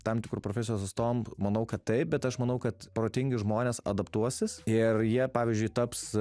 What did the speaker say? tam tikrų profesijų atstovam manau kad taip bet aš manau kad protingi žmonės adaptuosis ir jie pavyzdžiui taps